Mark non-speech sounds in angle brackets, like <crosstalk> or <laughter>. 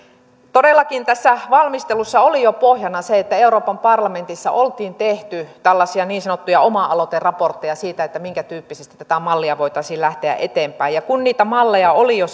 todellakin tässä valmistelussa oli jo pohjana se että euroopan parlamentissa oli tehty niin sanottuja oma aloiteraportteja siitä minkä tyyppisesti tätä mallia voitaisiin lähteä viemään eteenpäin kun niitä malleja oli jo <unintelligible>